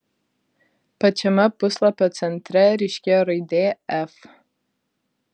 pačiame puslapio centre ryškėjo raidė f